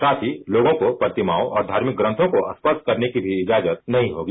साथ ही लोगों को प्रतिमाओं और धार्मिक ग्रंथों को स्पर्श करने की इजाजत नहीं होगी